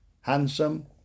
handsome